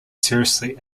seriously